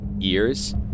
ears